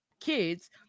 kids